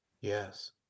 Yes